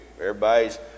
Everybody's